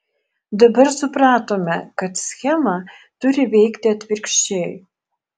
dabar supratome kad schema turi veikti atvirkščiai